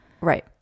right